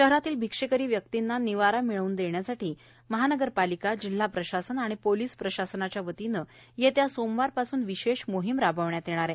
शहरातील भिक्षेकरी व्यक्तींना निवारा मिळवून देण्यासाठी मनपा जिल्हा प्रशासन आणि पोलिस प्रशासनाच्यवतीने येत्या सोमवार पासून विशेष मोहिम राबविण्यात येणार आहे